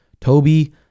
toby